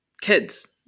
kids